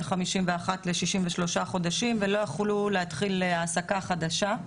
51 ל-63 חודשים ולא יכלו להתחיל העסקה חדשה,